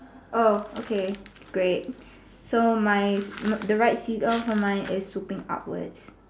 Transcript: oh okay great so my the right Seagull for mine is swooping upwards